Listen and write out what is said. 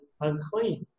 unclean